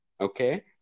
okay